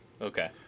Okay